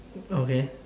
okay